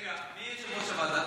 רגע, מי יושב ראש הוועדה?